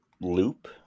Loop